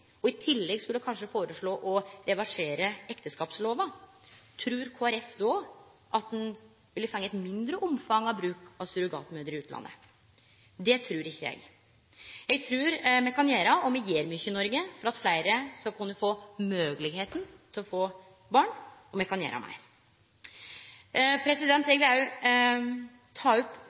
og i tillegg kanskje skal foreslå å reversere ekteskapslova, trur Kristeleg Folkeparti då at ein ville få eit mindre omfang av bruk av surrogatmødrer i utlandet? Det trur ikkje eg. Eg trur me kan gjere meir – og me gjer mykje i Noreg – for at fleire kan få moglegheita til å få barn. Eg vil òg ta opp